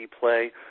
play